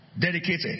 dedicated